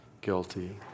guilty